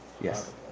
Yes